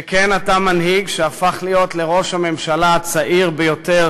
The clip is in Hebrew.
שכן אתה מנהיג שהפך להיות ראש הממשלה הצעיר ביותר